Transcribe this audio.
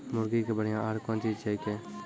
मुर्गी के बढ़िया आहार कौन चीज छै के?